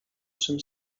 czym